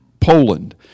Poland